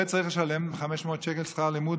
הורה צריך לשלם 500 שקל שכר לימוד,